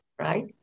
right